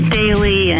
daily